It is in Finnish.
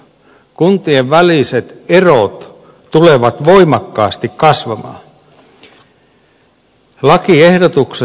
kuntien väliset erot tulevat voimakkaasti kasvamaan